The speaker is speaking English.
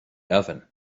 oven